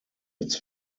its